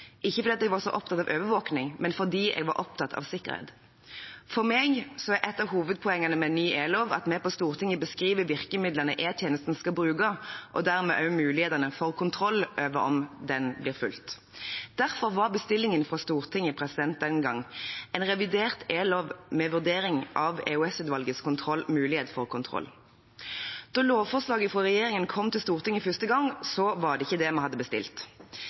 fordi jeg mente det var nødvendig – ikke fordi jeg var så opptatt av overvåkning, men fordi jeg var opptatt av sikkerhet. For meg er et av hovedpoengene med ny e-lov at vi på Stortinget beskriver virkemidlene E-tjenesten skal bruke, og dermed også mulighetene for kontroll over om den blir fulgt. Derfor var bestillingen fra Stortinget den gang en revidert e-lov med vurdering av EOS-utvalgets mulighet for kontroll. Da lovforslaget fra regjeringen kom til Stortinget første gang, var det ikke det vi hadde bestilt.